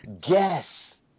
guess